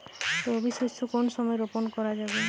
রবি শস্য কোন সময় রোপন করা যাবে?